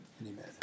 Amen